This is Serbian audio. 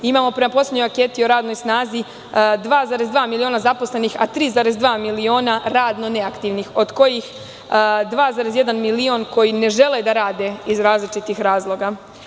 Imamo prema poslednjoj anketi o radnoj snazi 2,2 miliona zaposlenih, a 3,2 miliona radno neaktivnih od kojih 2,1 milion koji ne žele da rade iz različitih razloga.